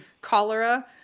cholera